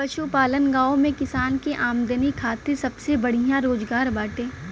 पशुपालन गांव में किसान के आमदनी खातिर सबसे बढ़िया रोजगार बाटे